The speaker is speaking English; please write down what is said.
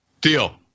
Deal